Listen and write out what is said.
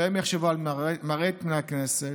הם יחשבו על מראה פני הכנסת,